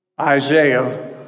Isaiah